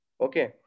Okay